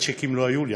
צ'קים לא היו לי,